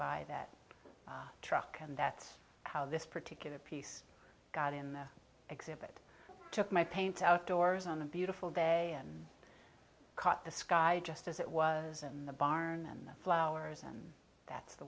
by that truck and that's how this particular piece got in the exhibit took my paints outdoors on a beautiful day and caught the sky just as it was in the barn and the flowers and that's the